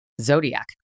Zodiac